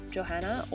Johanna